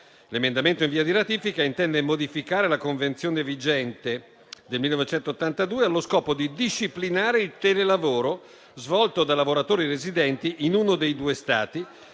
L'emendamento in via di ratifica intende modificare la Convenzione vigente del 1982 allo scopo di disciplinare il telelavoro svolto da lavoratori residenti in uno dei due Stati